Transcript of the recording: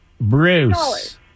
Bruce